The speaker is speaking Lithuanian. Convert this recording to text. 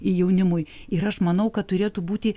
jaunimui ir aš manau kad turėtų būti